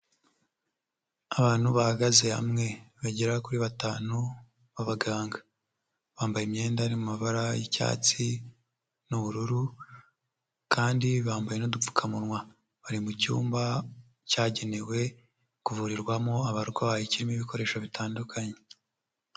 Abantu bahagaze hamwe bagera kuri batanu b'abaganga. Bambaye imyenda iri mu mabara y'icyatsi n'ubururu kandi bambaye n'udupfukamunwa. Bari mu cyumba cyagenewe kuvurirwamo abarwayi kirimo ibikoresho bitandukanye.